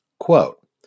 Quote